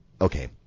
Okay